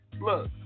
Look